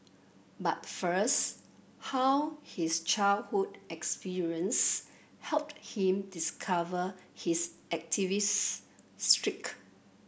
but first how his childhood experience helped him discover his activist streak